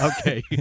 Okay